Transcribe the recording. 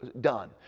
done